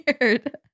weird